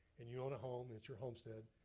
and you own a home, that's your homestead,